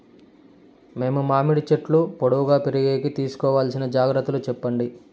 మేము మామిడి చెట్లు పొడువుగా పెరిగేకి తీసుకోవాల్సిన జాగ్రత్త లు చెప్పండి?